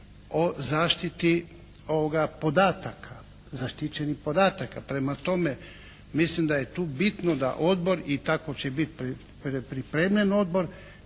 o zaštiti podataka, zaštićenih podataka. Prema tome, mislim da je tu bitno da odbor i tako će biti pripremljen, odbor